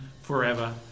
forever